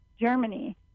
Germany